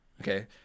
Okay